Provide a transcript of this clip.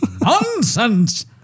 Nonsense